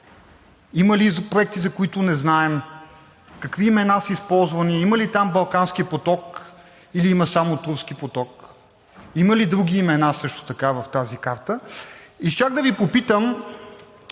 има ли проекти, за които не знаем; какви имена са използвани; има ли там „Балкански поток“, или има само „Турски поток“; има ли други имена също така в тази карта. Щях да Ви попитам